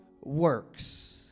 works